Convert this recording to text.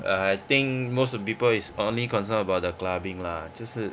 err I think most of people is only concerned about the clubbing lah 就是